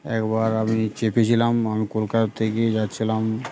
একবার আমি চেপেছিলাম আমি কলকাতা থেকে যাচ্ছিলাম